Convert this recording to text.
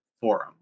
forum